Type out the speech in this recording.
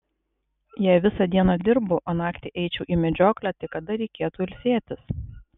jei visą dieną dirbu o naktį eičiau į medžioklę tai kada reikėtų ilsėtis